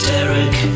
Derek